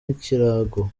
ikirago